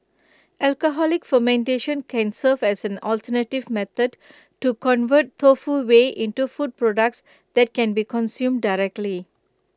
alcoholic fermentation can serve as an alternative method to convert tofu whey into food products that can be consumed directly